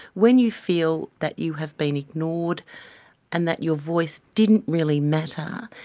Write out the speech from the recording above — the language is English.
when you feel that you have been ignored and that your voice didn't really matter,